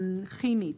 כימית,